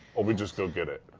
we just go get it.